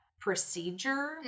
procedure